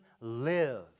live